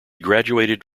graduated